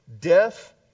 death